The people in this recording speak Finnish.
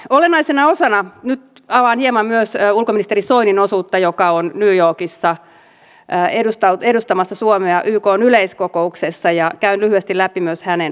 hyvät edustajat nyt avaan hieman myös ulkoministeri soinin osuutta joka on new yorkissa edustamassa suomea ykn yleiskokouksessa ja käyn lyhyesti läpi myös hänen aluettaan